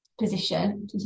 position